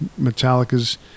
Metallica's